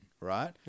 right